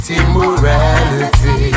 immorality